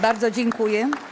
Bardzo dziękuję.